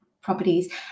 properties